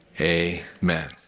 amen